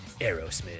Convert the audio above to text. Aerosmith